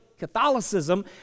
Catholicism